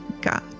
God